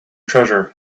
treasure